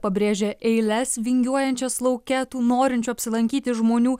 pabrėžė eiles vingiuojančias lauke tų norinčių apsilankyti žmonių